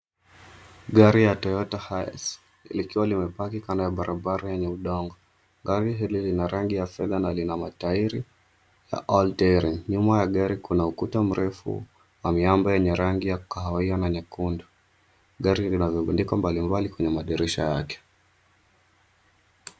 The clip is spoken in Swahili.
Gari ya Toyota Hiace likiwa limepaki kando ya barabara ya yenye udongo. Gari hili lina rangi ya fedha na lina matairi ya all terrain . Nyuma ya gari kuna ukuta mrefu wa miamba yenye rangi ya kahawia na nyekundu. Gari lina vivunjiko mbalimbali kwenye madirisha yake.